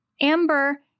Amber